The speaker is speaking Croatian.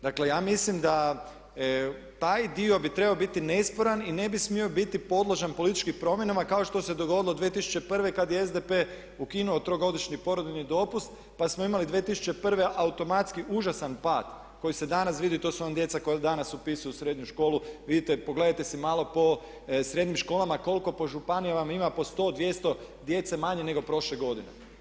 Dakle ja mislim da taj dio bi trebao biti nesporan i ne bi smio biti podložan političkim promjenama kao što se dogodilo 2001. kada je SDP ukinuo trogodišnji porodiljini dopust pa smo imali 2001. automatski užasan pad koji se danas vidi, to su vam djeca koja danas upisuju srednju školu, vidite, pogledajte si malo po srednjim školama koliko po županijama vam ima po 100, 200 djece manje nego prošle godine.